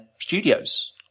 studios